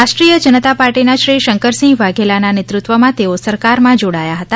રાષ્ટ્રીય જનતા પાર્ટીના શ્રી શંકરસિંહ વાઘેલાના નેતૃત્વમાં તેઓ સરકારમાં જોડાયા હતા